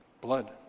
Blood